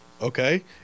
Okay